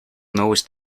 knows